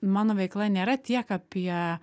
mano veikla nėra tiek apie